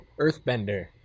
Earthbender